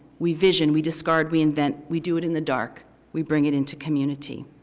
we vision, we discard, we invent, we do it in the dark, we bring it into community.